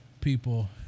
People